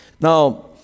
Now